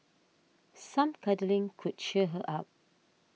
some cuddling could cheer her up